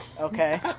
okay